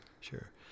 sure